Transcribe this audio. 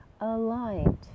aligned